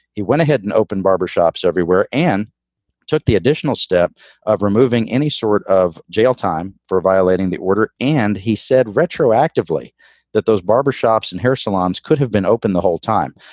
he went ahead and opened barbershops everywhere and took the additional step of removing any sort of jail time for violating that order. and he said retroactively that those barbershops and hair salons could have been open the whole time,